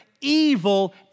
evil